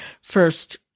first